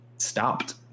stopped